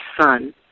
son